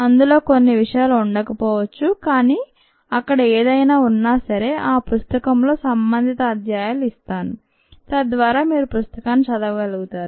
అందులో కొన్ని విషయాలు ఉండకపోవచ్చు కానీ అక్కడ ఏదైనా ఉన్నా సరే ఆ పుస్తకంలోని సంబంధిత అధ్యాయాలు ఇస్తాను తద్వారా మీరు పుస్తకాన్ని చదవగలుగుతారు